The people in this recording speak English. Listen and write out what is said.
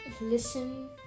listen